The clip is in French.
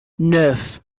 neuf